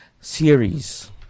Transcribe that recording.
series